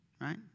right